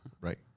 Right